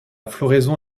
floraison